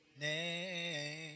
name